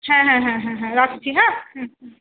হ্যাঁ হ্যাঁ হ্যাঁ হ্যাঁ হ্যাঁ রাখছি হ্যাঁ হুম হুম